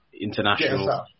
International